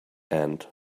end